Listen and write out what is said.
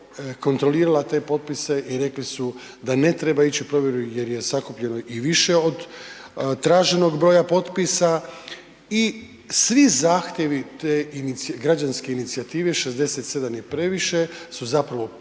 kontrolirala te potpise i rekli su da ne trebaju ić u provjeru jer je sakupljeno i više od traženog broja potpisa i svi zahtjevi te građanske inicijative „67 je previše“ su zapravo